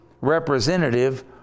representative